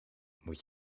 moet